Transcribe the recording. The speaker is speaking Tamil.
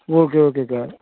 ஓகே ஓகேக்கா